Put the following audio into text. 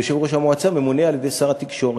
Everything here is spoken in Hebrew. ויושב-ראש המועצה ממונה על-ידי שר התקשורת.